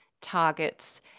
targets